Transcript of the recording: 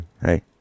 hey